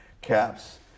Caps